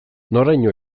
noraino